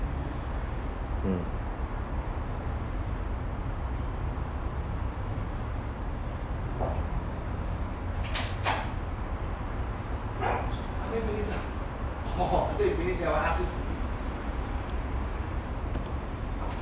mm